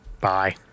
Bye